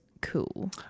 cool